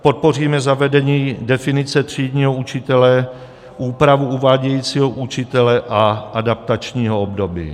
Podpoříme zavedení definice třídního učitele, úpravu uvádějícího učitele a adaptačního období.